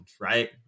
right